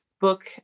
book